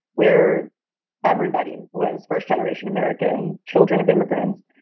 where everybody was first generation american children of immigrants.